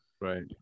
right